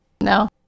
No